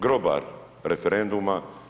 Grobar referenduma.